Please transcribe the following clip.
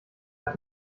hat